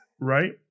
Right